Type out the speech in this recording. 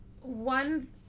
One